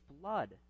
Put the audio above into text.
blood